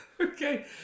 Okay